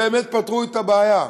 באמת פתרו את הבעיה.